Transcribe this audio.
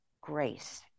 grace